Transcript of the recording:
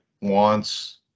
wants